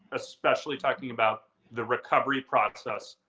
especially talking about the recovery process,